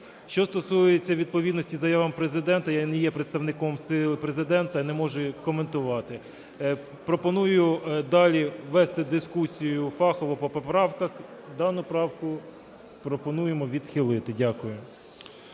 Що стосується відповідності заявам Президента. Я не є представником Президента і не можу коментувати. Пропоную далі вести дискусію фахово по поправках. Дану правку пропонуємо відхилити. Дякую.